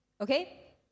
okay